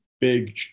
big